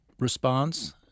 response